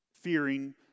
fearing